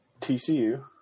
TCU